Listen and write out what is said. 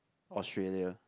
Australia